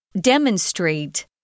Demonstrate